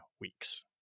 weeks